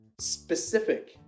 specific